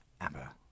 ABBA